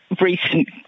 recent